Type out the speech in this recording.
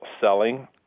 selling